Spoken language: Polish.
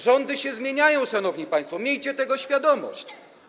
Rządy się zmieniają, szanowni państwo, miejcie tego świadomość.